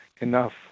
enough